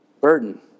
burden